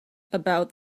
about